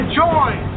join